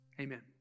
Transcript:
amen